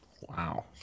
Wow